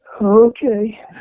Okay